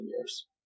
years